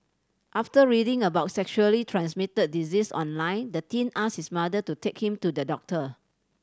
after reading about sexually transmitted diseases online the teen asked his mother to take him to the doctor